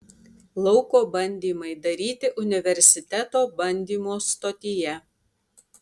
lauko bandymai daryti universiteto bandymų stotyje